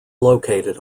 located